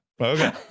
Okay